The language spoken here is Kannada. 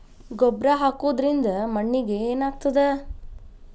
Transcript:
ಗೊಬ್ಬರ ಹಾಕುವುದರಿಂದ ಮಣ್ಣಿಗೆ ಏನಾಗ್ತದ?